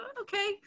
okay